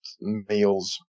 meals